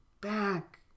back